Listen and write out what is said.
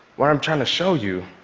what i'm trying to show you,